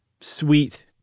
sweet